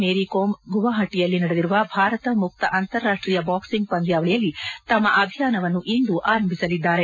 ಮೇರಿಕೋಂ ಗೌಹಾಟಿಯಲ್ಲಿ ನಡೆದಿರುವ ಭಾರತ ಮುಕ್ತ ಅಂತರಾಷ್ಟೀಯ ಬಾಕ್ಸಿಂಗ್ ಪಂದ್ಯಾವಳಿಯಲ್ಲಿ ತಮ್ಮ ಅಭಿಯಾನವನ್ನು ಇಂದು ಆರಂಭಿಸಲಿದ್ದಾರೆ